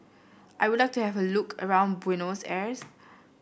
I would like to have a look around Buenos Aires